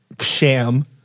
sham